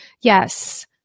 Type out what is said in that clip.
yes